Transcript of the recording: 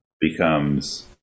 becomes